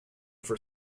for